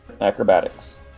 Acrobatics